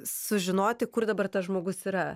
sužinoti kur dabar tas žmogus yra